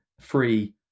free